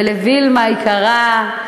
וגם לווילמה היקרה,